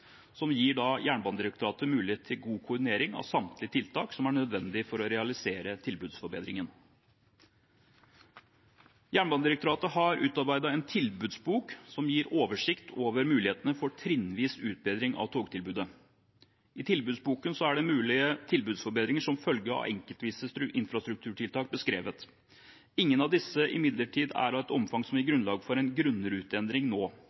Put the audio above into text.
som da gir Jernbanedirektoratet mulighet til god koordinering av samtlige tiltak som er nødvendige for å realisere tilbudsforbedringen. Jernbanedirektoratet har utarbeidet en tilbudsbok som gir oversikt over mulighetene for trinnvis utbedring av togtilbudet. I tilbudsboken er mulige tilbudsforbedringer som følge av enkeltvise infrastrukturtiltak beskrevet. Ingen av disse er imidlertid av et omfang som gir grunnlag for en grunnruteendring nå,